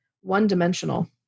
one-dimensional